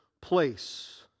place